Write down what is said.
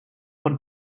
von